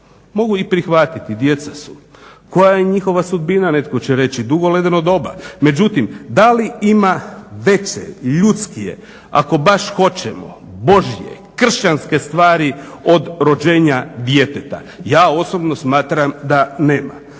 mogu i prihvatiti djeca su. Koja je njihova sudbina? Netko će reći dugo ledeno doba. Međutim, da li ima veće, ljudskije, ako baš hoćemo Božje kršćanske stvari od rođenja djeteta? Ja osobno smatram da nema.